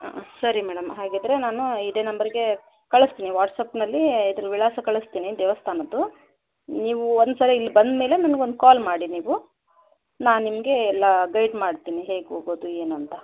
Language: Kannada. ಸರಿ ಮೇಡಮ್ ಹಾಗಿದ್ದರೆ ನಾನು ಇದೇ ನಂಬರ್ಗೆ ಕಳ್ಸ್ತೀನಿ ವಾಟ್ಸ್ಯಾಪ್ನಲ್ಲಿ ಇದ್ರ ವಿಳಾಸ ಕಳಿಸ್ತೀನಿ ದೇವಸ್ಥಾನದ್ದು ನೀವು ಒಂದು ಸಲ ಇಲ್ಲಿ ಬಂದ ಮೇಲೆ ನನಗೊಂದು ಕಾಲ್ ಮಾಡಿ ನೀವು ನಾನು ನಿಮಗೆ ಎಲ್ಲ ಗೈಡ್ ಮಾಡ್ತೀನಿ ಹೇಗೆ ಹೋಗೋದು ಏನು ಅಂತ